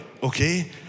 Okay